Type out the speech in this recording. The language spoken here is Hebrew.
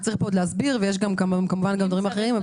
וצריך פה עוד להסביר ויש גם כמובן דברים אחרים,